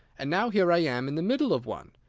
and now here i am in the middle of one!